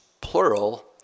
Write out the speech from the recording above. plural